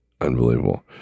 Unbelievable